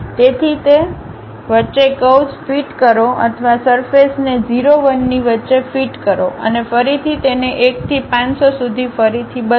તેથી તે વચ્ચે કર્વ્સ ફીટ કરો અથવા સરફેસ ને 0 1 ની વચ્ચે ફિટ કરો અને ફરીથી તેને 1 થી 500 સુધી ફરીથી બદલો